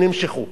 נמשכו.